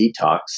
detox